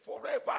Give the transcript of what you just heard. forever